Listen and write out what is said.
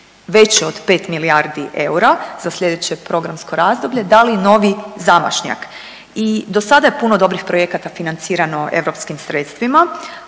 većoj od 5 milijardi eura za slijedeće programsko razdoblje dali novi zamašnjak. I dosada je puno dobrih projekata financirano europskim sredstvima,